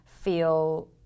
feel